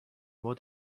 more